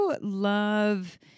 Love